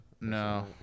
No